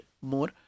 more